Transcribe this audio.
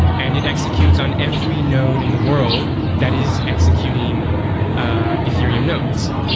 and it executes on every node in the world that is executing ah ethereum nodes.